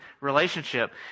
relationship